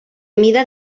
mida